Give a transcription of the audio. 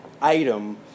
item